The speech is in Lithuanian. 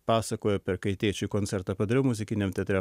pasakojo per kai tėčiui koncertą padariau muzikiniam teatre